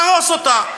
להרוס אותה.